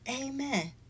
Amen